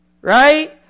Right